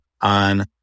on